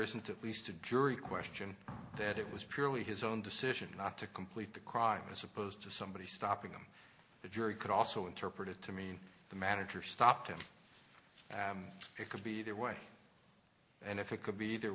isn't at least a jury question that it was purely his own decision not to complete the crime as opposed to somebody stopping him the jury could also interpret it to mean the manager stopped him and it could be either way and if it could be either